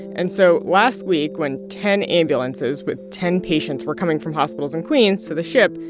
and so last week, when ten ambulances with ten patients were coming from hospitals in queens to the ship,